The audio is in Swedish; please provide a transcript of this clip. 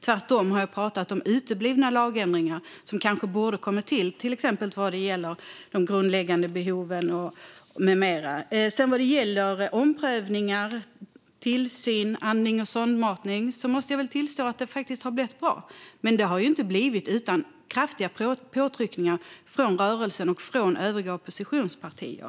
Tvärtom har jag pratat om uteblivna lagändringar. Det kanske borde ha kommit till lagändringar, till exempel när det gäller de grundläggande behoven med mera. Vad gäller omprövningar, tillsyn, andning och sondmatning måste jag väl tillstå att det faktiskt har blivit bra. Men det har ju inte blivit så utan kraftiga påtryckningar från rörelsen och från övriga oppositionspartier.